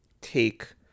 take